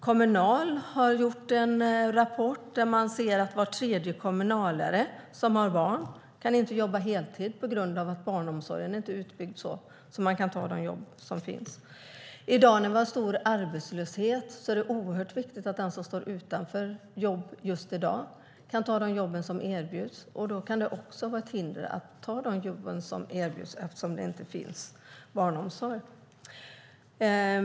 Kommunal har gjort en rapport där man ser att var tredje kommunalare som har barn inte kan jobba heltid på grund av att barnomsorgen inte är utbyggd så att man kan ta de jobb som finns. Nu när vi har en stor arbetslöshet är det oerhört viktigt att den som står utan jobb kan ta de jobb som erbjuds just i dag. Då kan ett hinder att ta de jobb som erbjuds också vara att det inte finns barnomsorg.